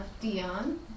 Dion